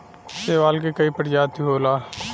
शैवाल के कई प्रजाति होला